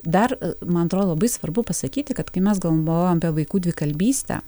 dar man atrodo labai svarbu pasakyti kad kai mes galvojam apie vaikų dvikalbystę